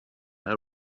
her